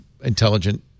intelligent